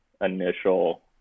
initial